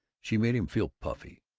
she made him feel puffy,